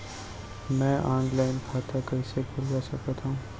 मैं ऑनलाइन खाता कइसे खुलवा सकत हव?